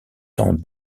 dans